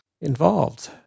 involved